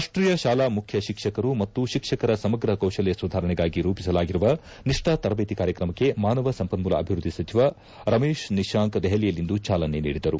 ರಾಷ್ಟೀಯ ಶಾಲಾ ಮುಖ್ಯ ಶಿಕ್ಷಕರು ಮತ್ತು ಶಿಕ್ಷಕರ ಸಮಗ್ರ ಕೌಶಲ್ಯ ಸುಧಾರಣೆಗಾಗಿ ರೂಪಿಸಲಾಗಿರುವ ನಿಷ್ಟಾ ತರಬೇತಿ ಕಾರ್ಯಕ್ರಮಕ್ಕೆ ಮಾನವ ಸಂಪನ್ಮೂಲ ಅಭಿವೃದ್ಧಿ ಸಚಿವ ರಮೇಶ್ ನಿಶಾಂಕ್ ದೆಹಲಿಯಲ್ಲಿಂದು ಚಾಲನೆ ನೀಡಿದರು